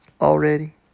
already